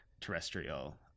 terrestrial